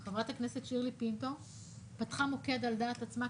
חברת הכנסת שירלי פינטו פתחה מוקד על דעת עצמה,